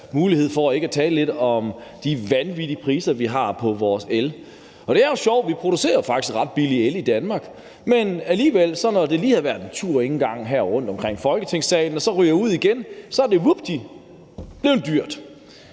muligheden for også at tale lidt om de vanvittige priser, vi har på vores el, gå tabt, og sjovt nok producerer vi faktisk ret billig el i Danmark, men alligevel, efter at afgiften lige har været en tur rundt omkring Folketingssalen og er røget ud igen, er el vupti blevet dyrt